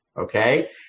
Okay